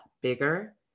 bigger